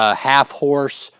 ah half-horse,